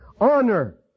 honor